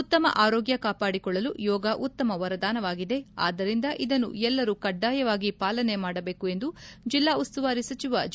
ಉತ್ತಮ ಆರೋಗ್ಯ ಕಾಪಾಡಿಕೊಳ್ಳಲು ಯೋಗ ಉತ್ತಮ ವರದಾನವಾಗಿದೆ ಆದ್ದರಿಂದ ಇದನ್ನು ಎಲ್ಲರೂ ಕಡ್ಡಾಯವಾಗಿ ಪಾಲನೆ ಮಾಡಬೇಕು ಎಂದು ಜಿಲ್ಲಾ ಉಸ್ತುವಾರಿ ಜಿ